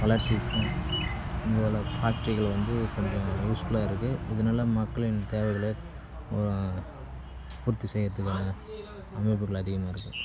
வளர்ச்சிக்கும் எங்களோடய ஃபேக்ட்ரிகள் வந்து கொஞ்சம் யூஸ்ஃபுல்லாக இருக்குது இதனால மக்களின் தேவைகளை பூர்த்தி செய்றதுக்கான அமைப்புகள் அதிகமாக இருக்குது